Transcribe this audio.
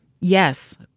yes